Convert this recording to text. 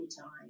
time